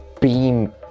beam